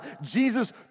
Jesus